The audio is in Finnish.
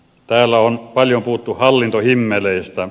täällä on paljon puhuttu hallintohimmeleistä